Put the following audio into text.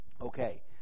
Okay